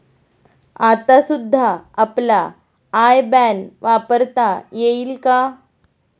आता सुद्धा आपला आय बॅन वापरता येईल का?